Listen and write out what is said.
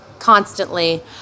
Constantly